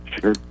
sure